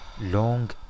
Long